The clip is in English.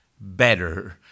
better